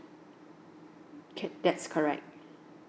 that's correct